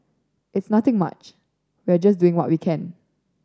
it's nothing much we are just doing what we can